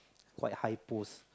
quite high post